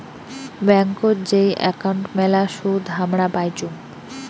ব্যাংকোত যেই একাউন্ট মেলা সুদ হামরা পাইচুঙ